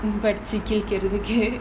படிச்சி கிளிக்கிறதுக்கு:padichi kilikirathuku